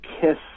KISS